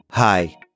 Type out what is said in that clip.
Hi